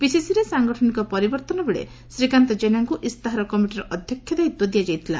ପିସିସିରେ ସାଙ୍ଗଠନିକ ପରିବର୍ଉନବେଳେ ଶ୍ରୀକାନ୍ତ ଜେନାଙ୍କୁ ଇସ୍ତାହାର କମିଟିର ଅଧ୍ୟକ୍ଷ ଦାୟିତ୍ୱ ଦିଆଯାଇଥିଲା